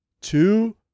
two